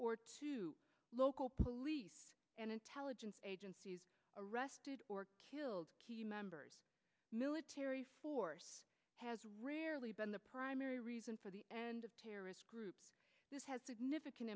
or two local police and intelligence agencies arrested or killed members military force has really been the primary reason for the terrorist group this has significant